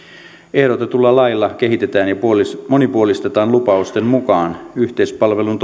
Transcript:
ehdotetulla lailla kehitetään ja monipuolistetaan lupausten mukaan yhteispalvelun